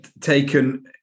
taken